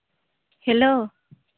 hello